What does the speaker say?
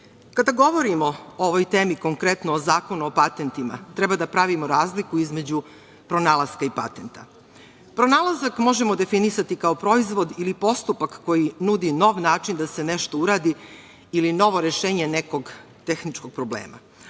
kada govorimo o ovoj temi konkretno o Zakonu o patentima, treba da pravimo razliku između pronalaska i patenta. Pronalazak možemo definisati kao proizvod ili postupak koji nudi nov način da se nešto uradi ili novo rešenje nekog tehničkog problema,